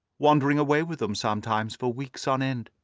wandering away with them sometimes for weeks on end.